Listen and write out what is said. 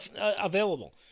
available